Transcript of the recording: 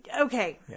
okay